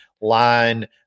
line